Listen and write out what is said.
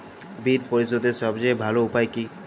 বিল পরিশোধের সবচেয়ে ভালো উপায় কী?